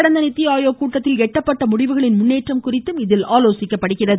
கடந்த நித்தி ஆயோக் கூட்டத்தில் எட்டப்பட்ட முடிவுகளின் முன்னேற்றம் குறித்து இதில் ஆலோசிக்கப்படுகிறது